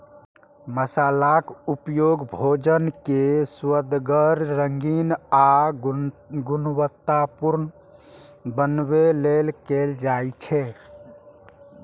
मसालाक उपयोग भोजन कें सुअदगर, रंगीन आ गुणवतत्तापूर्ण बनबै लेल कैल जाइ छै